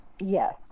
Yes